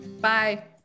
Bye